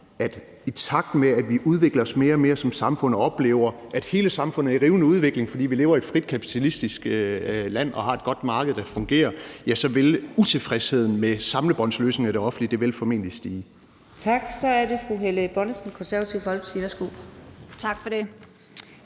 at i takt med at vi udvikler os mere og mere som samfund og oplever, at hele samfundet er i rivende udvikling, fordi vi lever i et frit kapitalistisk land og har et godt marked, der fungerer, så vil utilfredsheden med samlebåndsløsninger i det offentlige formentlig stige. Kl. 15:14 Fjerde næstformand (Karina Adsbøl): Tak. Så er det